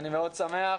אני מאוד שמח.